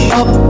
up